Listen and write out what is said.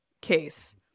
case